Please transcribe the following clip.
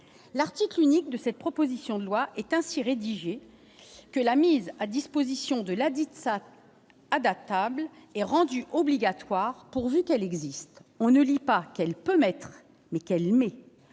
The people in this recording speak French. l'article unique de cette proposition de loi est ainsi rédigé : que la mise à disposition de la ça adaptable et rendu obligatoire, pourvu qu'elle existe, on ne lit pas, elle peut mettre mais mais comment